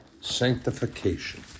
sanctification